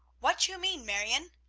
what you mean, marione?